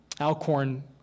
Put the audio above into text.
Alcorn